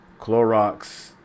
Clorox